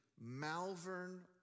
Malvern